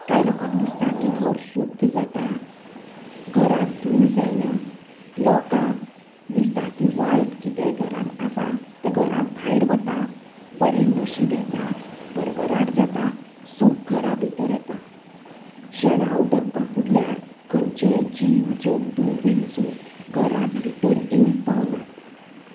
कांय लोकांक दिसतां घर शुद्ध जाता घरांत धूळ जायना लोकांक दिसता की वायट कितेंय घरांत आसा तें घरां भायर वता बरें नशीब येता भरभराट जाता सूख घरां भितर येता शेणां उदक फांफुडल्यार खंयचेय जीव जंतू विंचू घरांत भितर येवंक पावनात